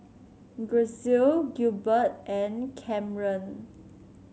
Grisel Gilbert and Camren